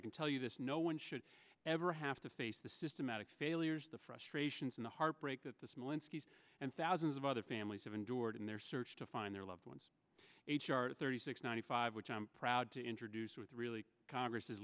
i can tell you this no one should ever have to face the systematic failures the frustrations and the heartbreak that the smolensk and thousands of other families have endured in their search to find their loved ones h r thirty six ninety five which i am proud to introduce with really congress